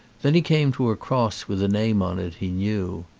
then he came to a cross with a name on it he knew.